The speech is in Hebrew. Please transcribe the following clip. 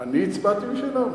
אתה אומר.